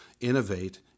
innovate